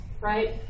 right